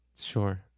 sure